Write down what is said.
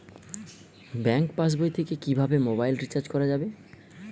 Bank পাশবই থেকে কিভাবে মোবাইল রিচার্জ করা যাবে?